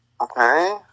Okay